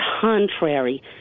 contrary